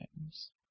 times